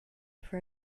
for